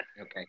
Okay